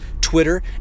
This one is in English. Twitter